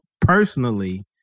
personally